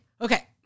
Okay